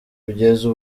kugeza